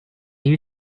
you